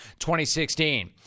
2016